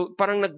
parang